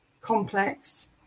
complex